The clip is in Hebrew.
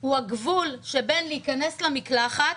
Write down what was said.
זה הגבול שבין להיכנס למקלחת